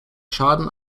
schaden